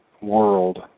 world